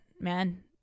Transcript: man